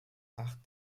art